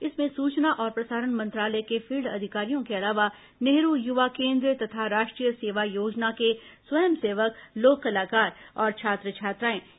इसमें सूचना और प्रसारण मंत्रालय के फील्ड अधिकारियों के अलावा नेहरू युवा केन्द्र तथा राष्ट्रीय सेवा योजना के स्वयंसेवक लोक कलाकार और छात्र छात्राएं शामिल हुए